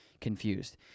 confused